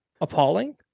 Appalling